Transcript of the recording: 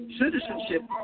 citizenship